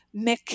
Mick